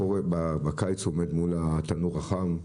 בקיץ הוא עומד מול התנור החם.